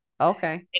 Okay